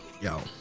yo